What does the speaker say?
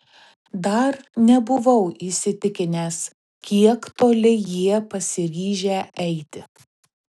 dar nebuvau įsitikinęs kiek toli jie pasiryžę eiti